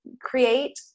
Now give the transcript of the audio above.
create